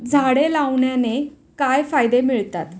झाडे लावण्याने काय फायदे मिळतात?